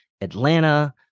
Atlanta